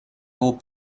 will